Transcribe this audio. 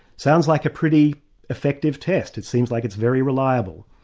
sounds like a pretty effective test. it seems like it's very reliable.